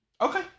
okay